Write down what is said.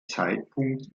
zeitpunkt